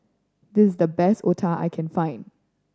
this is the best Otah I can find